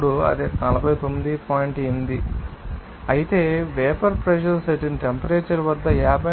8 వస్తోంది అయితే vapour pressure certain temperature వద్ద 54